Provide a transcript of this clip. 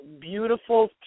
beautiful